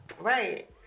Right